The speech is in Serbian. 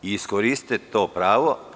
Iskoristite to pravo.